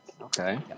okay